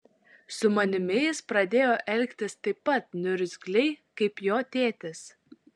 su manimi jis pradėjo elgtis taip pat niurzgliai kaip jo tėtis